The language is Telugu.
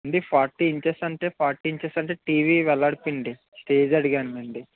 అండి ఫార్టీ ఇంచెస్ అంటే ఫార్టీ ఇంచెస్ టీవి వెడల్పు ఆండీ స్టేజ్ అడిగాను అండి